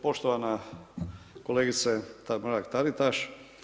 Poštovana kolegice Mrak-Taritaš.